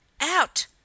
Out